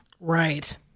Right